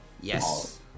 Yes